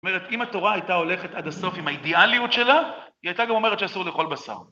זאת אומרת, אם התורה הייתה הולכת עד הסוף עם האידיאליות שלה, היא הייתה גם אומרת שאסור לאכול בשר.